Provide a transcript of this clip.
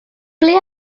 ble